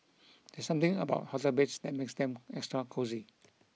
there's something about hotel beds that makes them extra cosy